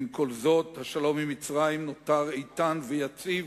עם כל זאת, השלום עם מצרים נותר איתן ויציב,